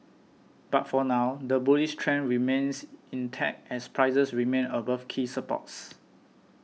but for now the bullish trend remains intact as prices remain above key supports